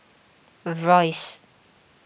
Royce